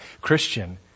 Christian